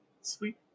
Sweet